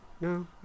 No